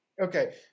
Okay